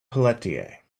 pelletier